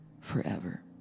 forever